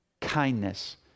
kindness